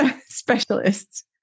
specialists